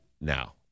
now